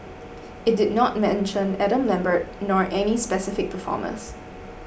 it did not mention Adam Lambert nor any specific performers